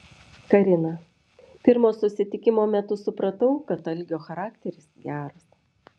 karina pirmo susitikimo metu supratau kad algio charakteris geras